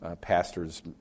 Pastors